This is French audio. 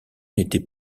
n’était